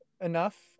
enough